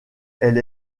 elle